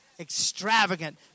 Extravagant